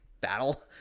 battle